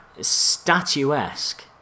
statuesque